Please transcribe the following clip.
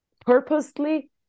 purposely